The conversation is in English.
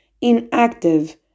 inactive